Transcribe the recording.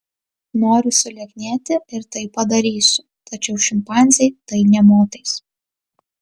noriu sulieknėti ir tai padarysiu tačiau šimpanzei tai nė motais